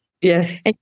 Yes